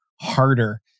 harder